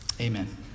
Amen